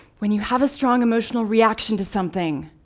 when you have a strong emotional reaction to something,